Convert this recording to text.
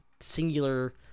singular